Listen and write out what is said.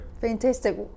Fantastic